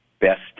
best